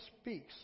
speaks